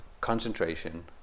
concentration